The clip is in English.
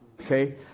Okay